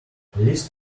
list